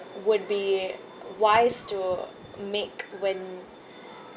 would be wise to make when